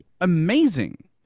amazing